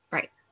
Right